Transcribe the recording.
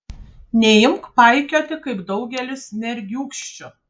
neimk paikioti kaip daugelis mergiūkščių